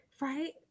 Right